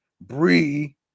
Bree